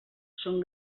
són